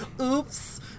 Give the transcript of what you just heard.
Oops